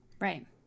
Right